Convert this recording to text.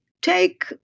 take